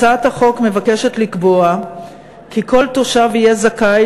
הצעת החוק מבקשת לקבוע כי כל תושב יהיה זכאי